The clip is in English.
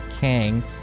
Kang